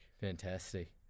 fantastic